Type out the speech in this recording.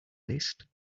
list